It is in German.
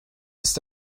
ist